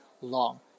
long